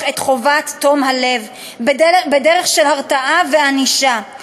את חובת תום-הלב בדרך של הרתעה וענישה.